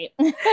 Right